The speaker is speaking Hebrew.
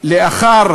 לאחר